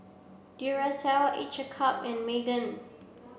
Duracell Each a cup and Megan